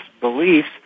beliefs